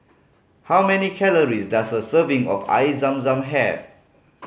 how many calories does a serving of Air Zam Zam have